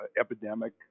epidemic